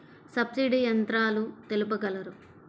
Subsidy యంత్రాలు తెలుపగలరు?